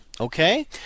Okay